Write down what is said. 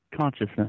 consciousness